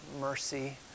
mercy